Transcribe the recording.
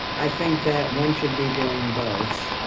i think that one should be doing both,